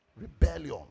Rebellion